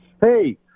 Hey